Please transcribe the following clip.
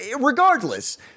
regardless